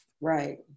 right